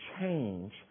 change